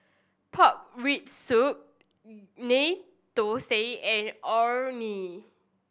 pork rib soup Ghee Thosai and Orh Nee